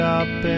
up